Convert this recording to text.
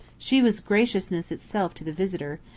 she was graciousness itself to the visitor,